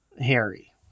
Harry